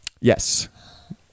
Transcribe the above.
Yes